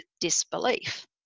disbelief